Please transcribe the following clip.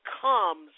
comes